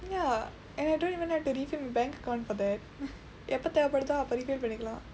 ya and I don't even have to refill my bank account for that எப்போ தேவை படுதோ அப்போ:eppoo theevai padutho appoo refill பண்ணிக்கலாம்:pannikkalaam